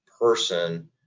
person